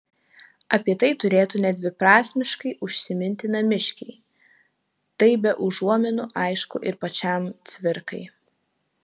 apie tai turėtų nedviprasmiškai užsiminti namiškiai tai be užuominų aišku ir pačiam cvirkai